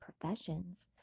professions